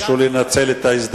תרשו לי לנצל את ההזדמנות